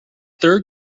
third